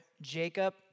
Jacob